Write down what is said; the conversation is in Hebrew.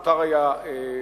מותר היה להחכיר,